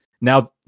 now